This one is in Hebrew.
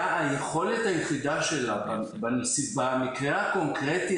היכולת היחידה של העיריה במקרה הקונקרטי